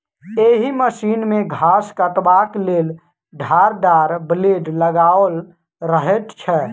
एहि मशीन मे घास काटबाक लेल धारदार ब्लेड लगाओल रहैत छै